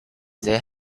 they